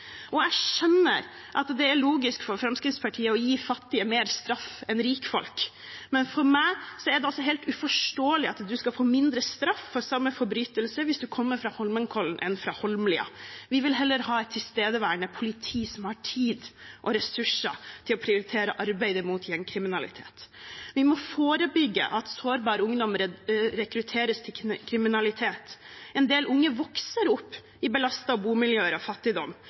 Jeg skjønner at det er logisk for Fremskrittspartiet å gi fattige mer straff enn rikfolk, men for meg er det helt uforståelig at man skal få mindre straff for samme forbrytelse om man kommer fra Holmenkollen enn om man kommer fra Holmlia. Vi vil heller ha et tilstedeværende politi som har tid og ressurser til å prioritere arbeidet mot gjengkriminalitet. Vi må forebygge at sårbar ungdom rekrutteres til kriminalitet. En del unge vokser opp i belastede bomiljøer og fattigdom,